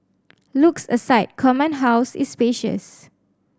looks aside Command House is spacious